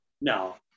No